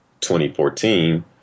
2014